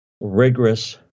rigorous